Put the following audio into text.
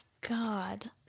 God